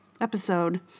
episode